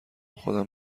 خودم